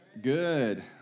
Good